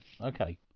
Okay